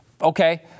Okay